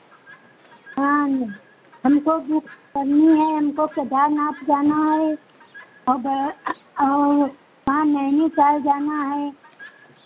हाँ ने हमको बुक करनी है हमको केदारनाथ जाना है और और वहाँ नैनीताल जाना है